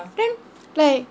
then like